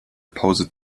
pause